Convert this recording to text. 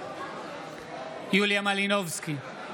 יוליה מלינובסקי,